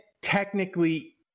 technically